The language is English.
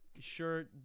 sure